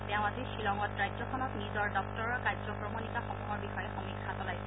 তেওঁ আজি খিলঙত ৰাজ্যখনত নিজৰ দপ্তৰৰ কাৰ্যক্ৰমণিকা সমূহৰ বিষয়ে সমীক্ষা চলাইছিল